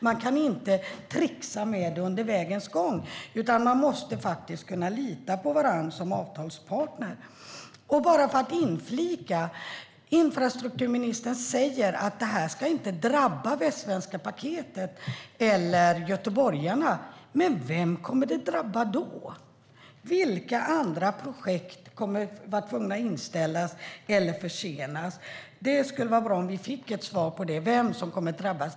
Man kan inte trixa med det under resans gång, utan man måste kunna lita på varandra som avtalspartner. Infrastrukturministern säger att detta inte ska drabba det västsvenska paketet eller göteborgarna. Men vem kommer det att drabba då? Vilka andra projekt kommer att behöva inställas eller försenas? Det skulle vara bra om vi fick ett svar om vem som kommer att drabbas.